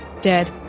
dead